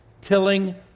tilling